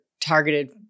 targeted